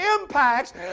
impacts